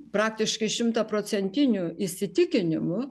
praktiškai šimtaprocentiniu įsitikinimu